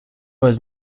was